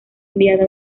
enviada